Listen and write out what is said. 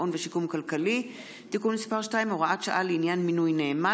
ושיקום כלכלי (תיקון מס' 2) (הוראת שעה לעניין מינוי נאמן),